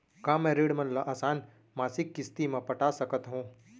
का मैं ऋण मन ल आसान मासिक किस्ती म पटा सकत हो?